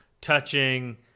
touching